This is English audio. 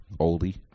Oldie